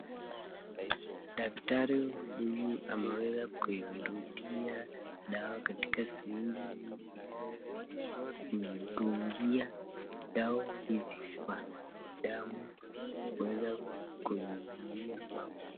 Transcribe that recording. Daktari huyu ameweza kuivurutia dawa katika sirinji hii ili aweze kumdungia dawa hizi kwa damu ili aweze kuzuia magonjwa.